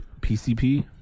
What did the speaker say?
PCP